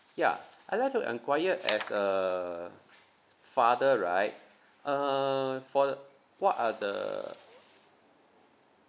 yeah I'd like to enquire as a father right uh for the what are the